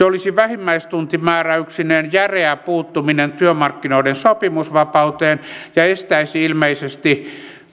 olisi vähimmäistuntimääräyksineen järeä puuttuminen työmarkkinoiden sopimusvapauteen ja estäisi ilmeisesti